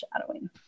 shadowing